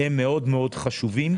הם מאוד מאוד חשובים.